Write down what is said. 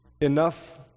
Enough